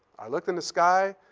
i looked in the sky,